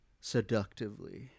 seductively